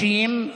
50,